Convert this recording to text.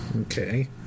Okay